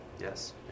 Yes